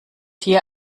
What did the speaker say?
hier